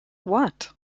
what